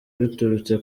biturutse